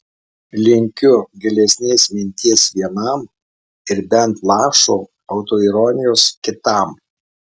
linkiu gilesnės minties vienam ir bent lašo autoironijos kitam